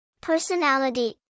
Personality